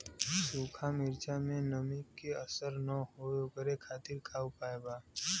सूखा मिर्चा में नमी के असर न हो ओकरे खातीर का उपाय बा?